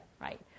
Right